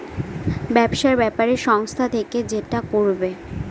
ব্যবসার ব্যাপারে সংস্থা থেকে যেটা করবে